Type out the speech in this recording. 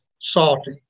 salty